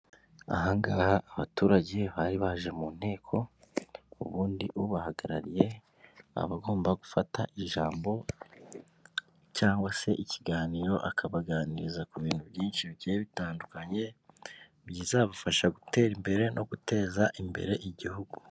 Ahangaha abaturage bari baje mu nteko, ubundi ubahagarariye aba agomba gufata ijambo cyangwa se ikiganiro, akabaganiriza ku bintu byinshi bigiye bitandukanye, bizabafasha gutera imbere no guteza imbere igihugu.